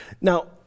Now